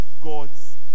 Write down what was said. God's